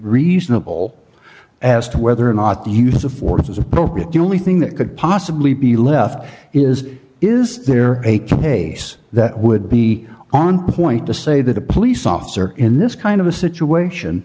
reasonable as to whether or not the use of force is appropriate the only thing that could possibly be left is is there a case that would be on point to say that a police officer in this kind of a situation